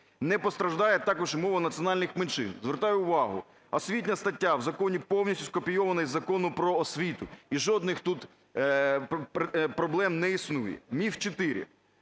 Не постраждає також і мова національних меншин. Звертаю увагу, освітня стаття в законі повністю скопійована з Закону "Про освіту", і жодних тут проблем не існує. Міф